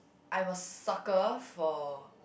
I'm a sucker for